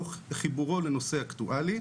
תוך חיבורו לנושא אקטואלי,